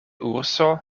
urso